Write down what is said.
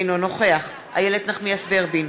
אינו נוכח איילת נחמיאס ורבין,